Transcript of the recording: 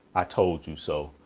i told you so.